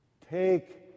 Take